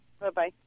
Bye-bye